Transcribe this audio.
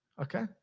okay